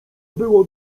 było